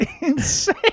insane